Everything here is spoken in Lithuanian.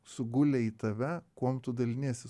sugulę į tave kuom tu daliniesi